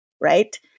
right